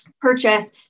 purchase